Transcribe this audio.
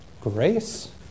grace